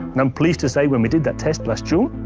and i'm pleased to say when we did that test last june,